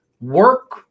work